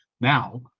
now